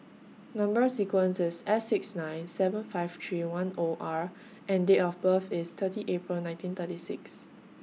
Number sequence IS S six nine seven five three one O R and Date of birth IS thirty April nineteen thirty six